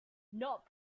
not